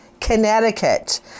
Connecticut